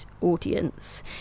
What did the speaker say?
audience